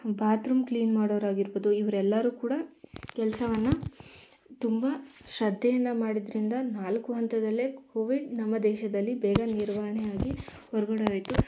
bathroom clean ಮಾಡೋರಾಗಿರ್ಬೊದು ಇವ್ರೆಲ್ಲರೂ ಕೂಡ ಕೆಲಸವನ್ನ ತುಂಬ ಶ್ರದ್ಧೆಯಿಂದ ಮಾಡಿದ್ದರಿಂದ ನಾಲ್ಕು ಹಂತದಲ್ಲೇ ಕೋವಿಡ್ ನಮ್ಮ ದೇಶದಲ್ಲಿ ಬೇಗ ನಿರ್ವಹಣೆ ಆಗಿ ಹೊರ್ಗಡೆ ಹೋಯ್ತು